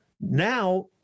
now